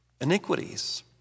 iniquities